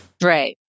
right